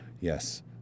Yes